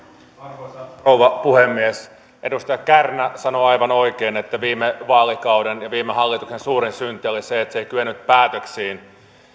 arvoisa rouva puhemies edustaja kärnä sanoi aivan oikein että viime vaalikauden ja viime hallituksen suurin synti oli se että se ei kyennyt päätöksiin